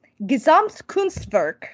Gesamtkunstwerk